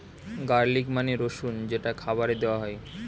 garlic মানে রসুন যেটা খাবারে দেওয়া হয়